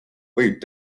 võib